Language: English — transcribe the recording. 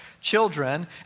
children